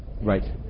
Right